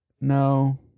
No